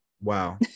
Wow